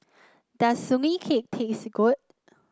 does Sugee Cake taste good